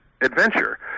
adventure